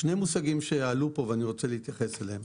שני מושגים שעלו פה ואני רוצה להתייחס אליהם.